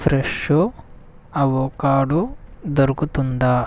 Fresho avocado దొరుకుతుందా